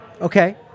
Okay